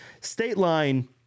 Stateline